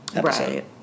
right